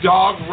Dog